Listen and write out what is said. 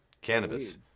cannabis